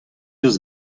deus